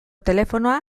telefonoa